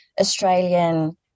Australian